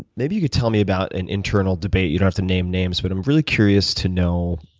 maybe you could tell me about an internal debate. you don't have to name names, but i'm really curious to know,